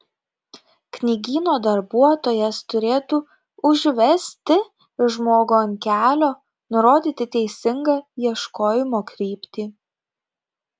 knygyno darbuotojas turėtų užvesti žmogų ant kelio nurodyti teisingą ieškojimo kryptį